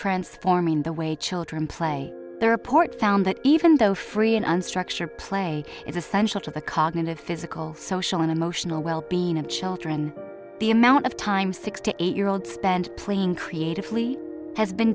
transforming the way children play their report found that even though free and unstructured play is essential to the cognitive physical social and emotional wellbeing of children the amount of time six to eight year old spent playing creatively has been